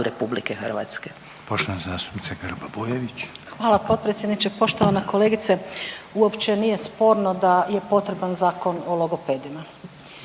Republike Hrvatske.